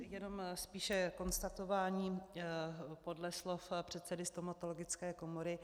Jenom spíše konstatování podle slov předsedy Stomatologické komory.